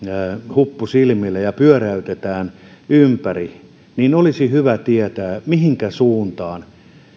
huppu silmille ja pyöräytetään ympäri niin olisi hyvä tietää edes hieman mihinkä suuntaan